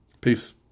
Peace